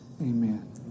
Amen